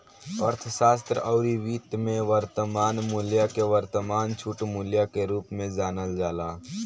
अर्थशास्त्र अउरी वित्त में वर्तमान मूल्य के वर्तमान छूट मूल्य के रूप में जानल जाला